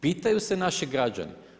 Pitaju se naši građani.